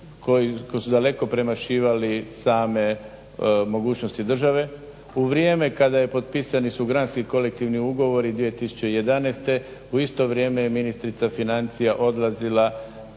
koji su daleko premašivali same mogućnosti države, u vrijeme kada potpisani su granski kolektivni ugovori 2011. u isto vrijeme je ministrica financija odlazila